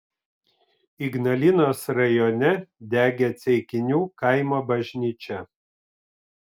ignalinos rajone degė ceikinių kaimo bažnyčia